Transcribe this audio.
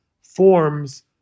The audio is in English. forms